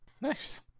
nice